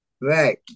Right